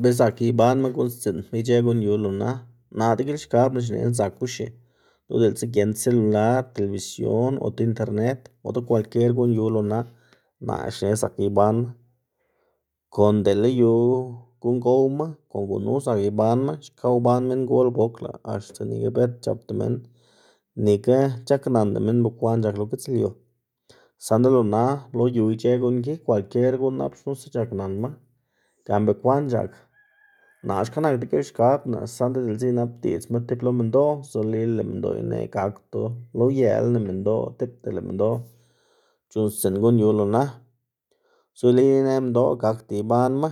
Be zak ibanma guꞌnnstsiꞌndma ic̲h̲ë guꞌn yu lo na. Naꞌ degilxkabná xnená zakuxi, lo diꞌltsa giend selular, telebisión ota internet ota kwalkier guꞌn yu lo na, naꞌ xne zak ibanma, kon dele yu guꞌn gowma kon gunu zak ibanma, xka uban minngol bokla xta nika bët c̲h̲apda minn, nika c̲h̲aknanda minn bekwaꞌn c̲h̲ak lo gitslyu, saꞌnda lo na lo yu ic̲h̲ë guꞌn ki kwalkier guꞌn nap xnusa c̲h̲aknanma gan bekwaꞌn c̲h̲ak. Naꞌ xka nak degilxkabná saꞌnda diꞌltsa inabdiꞌdzma tib lo minndoꞌ zolila lëꞌ minndoꞌ ineꞌ gakdo lo uyelana minndoꞌ tipta lëꞌ minndoꞌ c̲h̲uꞌnnstsiꞌn guꞌn yu lo na, zolila inë minndoꞌ gakda ibanma